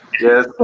yes